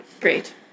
Great